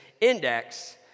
index